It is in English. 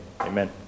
amen